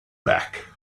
back